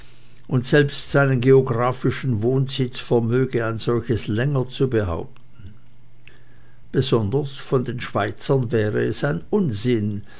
und selbst seinen geographischen wohnsitz vermöge ein solches länger zu behaupten besonders von den schweizern wäre es ein unsinn